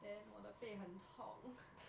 then 我的背很痛 ugh